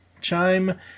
chime